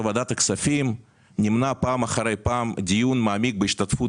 בוועדת הכספים נמנע פעם אחר פעם דיון מעמיק בהשתתפות